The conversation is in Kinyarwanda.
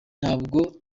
ntabwo